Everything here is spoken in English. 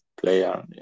player